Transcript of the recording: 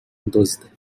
دزده